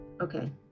Okay